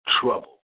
trouble